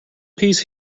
piece